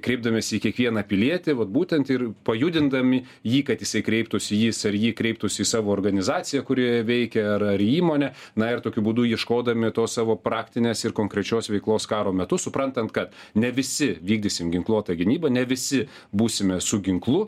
kreipdamiesi į kiekvieną pilietį vat būtent ir pajudindami jį kad jisai kreiptųsi jis ar ji kreiptųsi į savo organizaciją kurioje veikia ar į įmonę na ir tokiu būdu ieškodami tos savo praktinės ir konkrečios veiklos karo metu suprantant kad ne visi vykdysim ginkluotą gynybą ne visi būsime su ginklu